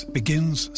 begins